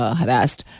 harassed